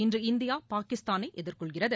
இன்று இந்தியா பாகிஸ்தானை எதிர்கொள்கிறது